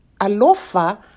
alofa